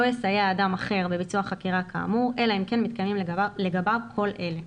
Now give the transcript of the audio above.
לא יסייע אדם אחר בביצוע חקירה כאמור אלא אם כן מתקיימים לגביו כל אלה: